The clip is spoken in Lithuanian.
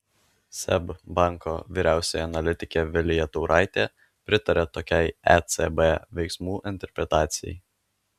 seb banko vyriausioji analitikė vilija tauraitė pritaria tokiai ecb veiksmų interpretacijai